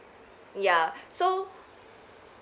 ya so